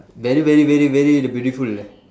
very very very very the beautiful ah